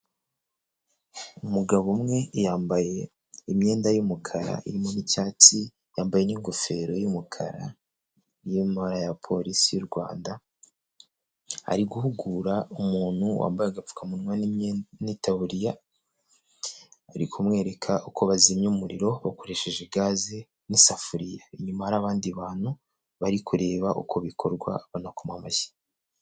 Umugabo umwe yambaye imyenda y'umukara irimo icyatsi yambaye n'gofero y'umukara, iri mu myenda ya polisi y'u Rwanda ari guhugura umuntu wambaye agapfukamunwa n'itaburiya ari kumwereka uko bazimya umuriro bakoresheje gaze n'isafuriya, inyuma hari abandi bantu bari kureba uko bikorwa banakoma amashyi.